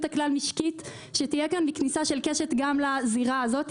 הכלל משקית שתהיה כאן מכניסה של קשת גם לזירה הזאת.